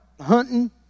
hunting